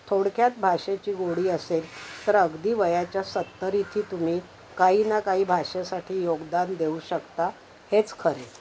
थोडक्यात भाषेची गोडी असेल तर अगदी वयाच्या सत्तरीतही तुम्ही काही ना काही भाषेसाठी योगदान देऊ शकता हेच खरे